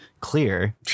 clear